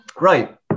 Right